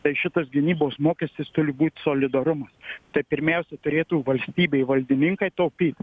tai šitas gynybos mokestis turi būti solidarumas tai pirmiausia turėtų valstybei valdininkai taupyt